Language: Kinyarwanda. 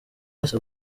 wese